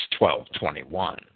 12.21